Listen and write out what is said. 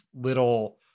little